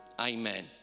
Amen